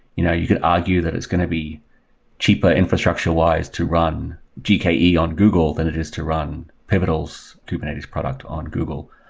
you know you could argue that it's going to be cheaper infrastructure-wise to run gke on google, than it is to run pivotal's kubernetes product on google.